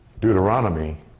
Deuteronomy